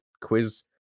quiz